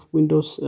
Windows